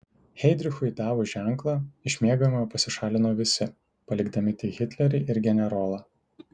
heidrichui davus ženklą iš miegamojo pasišalino visi palikdami tik hitlerį ir generolą